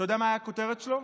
אתה יודע מה הייתה הכותרת שלו?